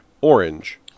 Orange